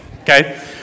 Okay